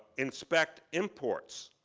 inspect imports